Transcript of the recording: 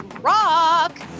rock